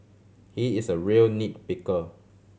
he is a real nit picker